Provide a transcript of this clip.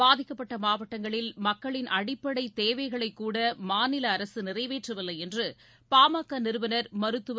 பாதிக்கப்பட்ட மாவட்டங்களில் மக்களின் அடிப்படைத் தேவைகளைகூட மாநில அரசு நிறைவேற்றவில்லை என்று பாமக நிறுவனர் மருத்துவர் ச